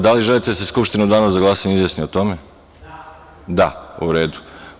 Da li želite da se Skupština u danu za glasanje izjasni o tome? (Da) U redu.